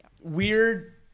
weird